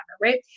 right